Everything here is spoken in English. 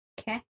Okay